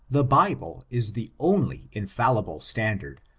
the bible is the only infallible standard,